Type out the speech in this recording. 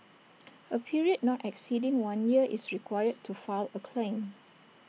A period not exceeding one year is required to file A claim